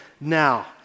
now